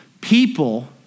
People